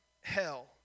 hell